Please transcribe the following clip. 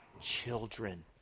children